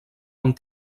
amb